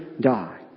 die